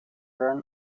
run